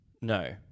No